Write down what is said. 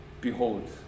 Behold